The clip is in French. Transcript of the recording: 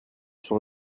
sur